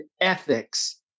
ethics